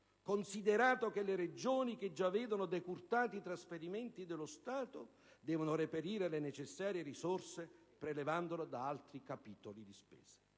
considerato che le Regioni, che già vedono decurtati i trasferimenti dallo Stato, devono reperire le necessarie risorse, prelevandole da altri capitoli di spesa.